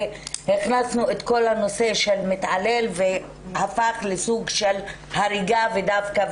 והכנסנו את כל הנושא של מתעלל והפך לסוג של הריגה דווקא,